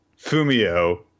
Fumio